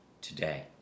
today